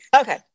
okay